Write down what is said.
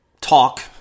talk